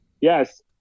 Yes